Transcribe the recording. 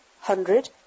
hundred